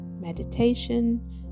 meditation